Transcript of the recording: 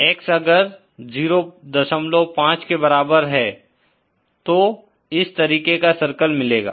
x अगर 05 के बराबर है तो इस तरीके का सर्किल मिलेगा